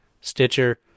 Stitcher